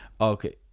Okay